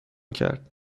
کرد